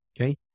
okay